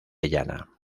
llana